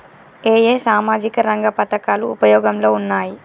ఏ ఏ సామాజిక రంగ పథకాలు ఉపయోగంలో ఉన్నాయి?